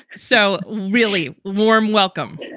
so really warm. welcome.